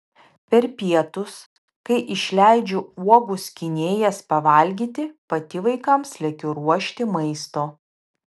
per pietus kai išleidžiu uogų skynėjas pavalgyti pati vaikams lekiu ruošti maisto